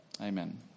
Amen